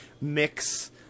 mix